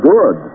Good